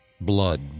blood